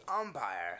umpire